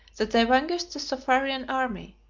that they vanquished the soffarian army,